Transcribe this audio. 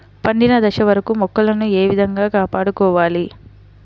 పండిన దశ వరకు మొక్కలను ఏ విధంగా కాపాడుకోవాలి?